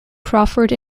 crawford